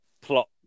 plot